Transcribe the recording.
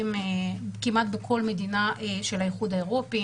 כמעט בכל מדינה של האיחוד האירופי.